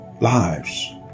lives